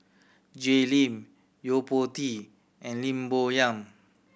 Jay Lim Yo Po Tee and Lim Bo Yam